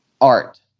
art